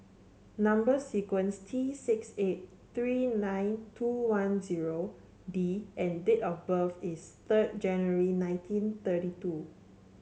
number sequence is T six eight three nine two one zero D and date of birth is third January nineteen thirty two